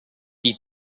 die